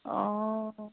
অঁ